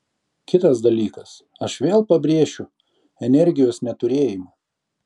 kitas dalykas aš vėl pabrėšiu energijos neturėjimą